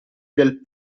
del